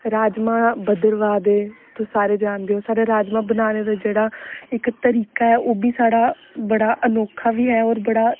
रांजमा भद्रवाह दे तुस सारे जानदे हो साढ़े राजमां बनाने दा जेहड़ा इक तरीका ऐ ओ हबी साढ़ा बड़ा अनोखा बी ऐ ते बड़ा